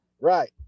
Right